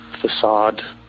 facade